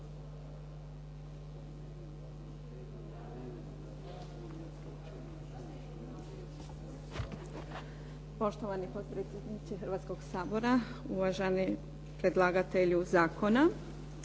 Poštovani potpredsjedniče Hrvatskog sabora, uvaženi predlagatelju zakona.